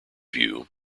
view